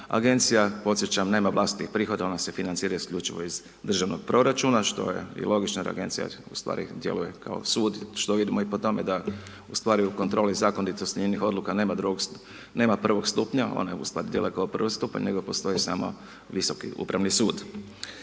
Agencija, podsjećam nema vlastitih prihoda, ona se financira isključivo iz državnog proračuna što je i logično jer agencija ustvari djeluje kao sud, što vidimo i po tome da ustvari u kontroli, zakonitost njenih odluka nema prvog stupnja ona je .../Govornik se ne razumije./... kao prvi stupanj nego postoji samo Visoki upravni sud.